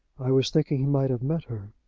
i was thinking he might have met her.